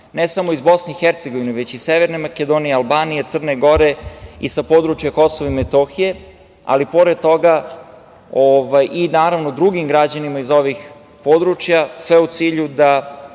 ne samo iz Bosne i Hercegovine, već i Severne Makedonije, Albanije, Crne Gore i sa područja Kosova i Metohije, ali i drugim građanima sa ovih područja, sve u cilju da